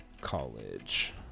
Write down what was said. College